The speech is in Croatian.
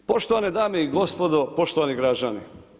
Poštovane dame i gospodo, poštovani građani.